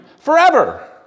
forever